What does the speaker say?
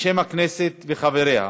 בשם הכנסת וחבריה,